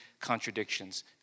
contradictions